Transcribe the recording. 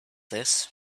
this